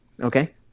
Okay